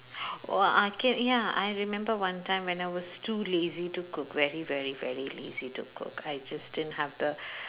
!wah! okay ya I remember one time when I was too lazy to cook very very very lazy to cook I just didn't have the